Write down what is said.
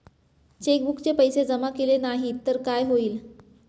चेकबुकचे पैसे जमा केले नाही तर काय होईल?